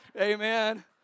Amen